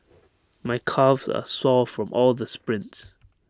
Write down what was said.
my calves are sore from all the sprints